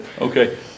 okay